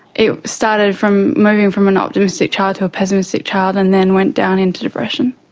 it started from moving from an optimistic child to a pessimistic child and then went down into depression.